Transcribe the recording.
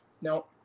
no